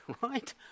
right